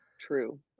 true